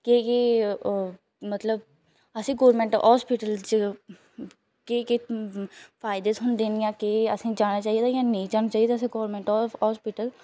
केह् केह् मतलब असें गौरमेंट हॉस्पिटल च केह् केह् फायदे थ्होंदे न जां केह् असें जाना चाहि्दा जां नेईं जाना चाहि्दा असें गौरमेंट हॉस्पिटल